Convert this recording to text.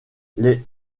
les